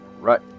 Right